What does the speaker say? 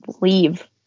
leave